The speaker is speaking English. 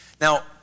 Now